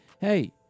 hey